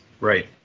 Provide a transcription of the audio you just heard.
Right